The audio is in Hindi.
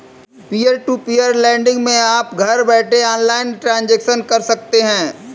पियर टू पियर लेंड़िग मै आप घर बैठे ऑनलाइन ट्रांजेक्शन कर सकते है